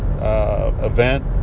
event